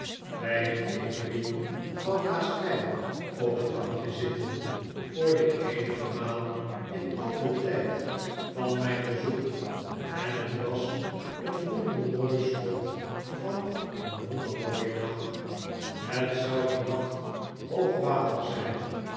kleine emily kwam naast mij op het bankje zitten voor de eenige maal in al den tijd van mijn bezoek en het was een wondermooi slot van een wondermooien dag het zou dien nacht hoog water zijn